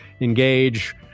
engage